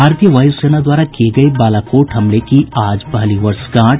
भारतीय वायुसेना द्वारा किये गये बालाकोट हमले की आज पहली वर्षगांठ